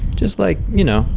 just like, you know,